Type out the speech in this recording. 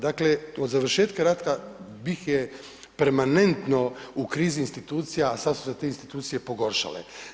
Dakle, od završetka rata BiH je permanentno u krizi institucija a sad su se te institucije pogoršale.